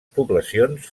poblacions